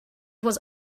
was